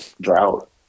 Drought